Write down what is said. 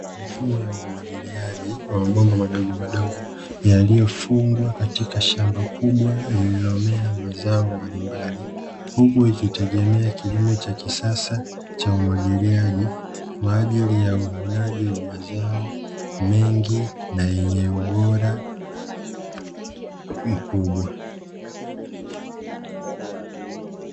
Mifumo ya umwagiliaji wa mabomba madogomadogo yaliyofungwa katika shamba kubwa lililomea mazao mbalimbali, huku likitegemea kilimo cha kisasa cha umwagiliaji kwa ajili ya uvunaji wa mazao mengi na yenye ubora mkubwa.